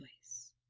choice